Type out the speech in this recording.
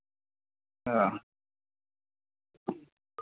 हां